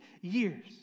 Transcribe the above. years